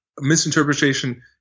misinterpretation